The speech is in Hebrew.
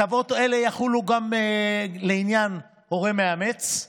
הטבות אלה יחולו גם לעניין הורה מאמץ,